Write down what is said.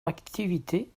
activité